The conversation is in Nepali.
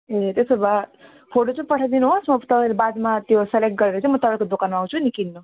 ए त्यसो भए फोटो चाहिँ पठाइदिनु होस् म तपाईँले बादमा त्यो सेलेक्ट गरेर चाहिँ म तपाईँको दोकान आउँछु नि किन्नु